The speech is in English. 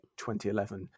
2011